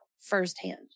firsthand